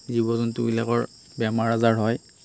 জীৱ জন্তুবিলাকৰ বেমাৰ আজাৰ হয়